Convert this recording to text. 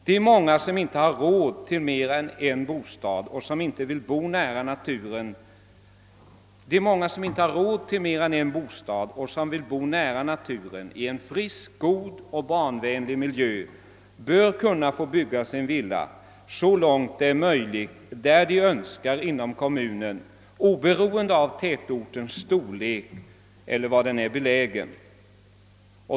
De många som inte har råd till mer än en bostad och som vill bo nära naturen i en frisk och barnvänlig miljö bör så långt det är möjligt få bygga sin villa var de önskar inom kommunen, oberoende av tätortens storlek eller av var den är belägen.